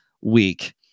week